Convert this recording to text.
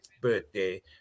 birthday